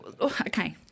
okay